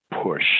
push